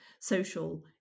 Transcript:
social